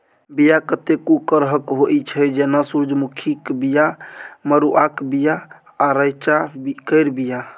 बीया कतेको करहक होइ छै जेना सुरजमुखीक बीया, मरुआक बीया आ रैंचा केर बीया